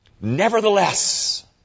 Nevertheless